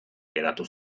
geratu